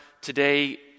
today